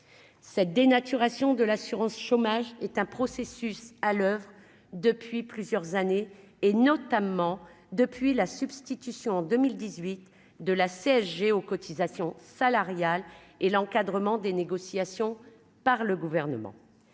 cette dénaturation de l'assurance chômage est un processus à l'oeuvre depuis plusieurs années et notamment depuis la substitution en 2018 de la CSG aux cotisations salariales et l'encadrement des négociations par le gouvernement,